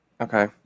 okay